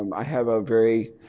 um i have a very,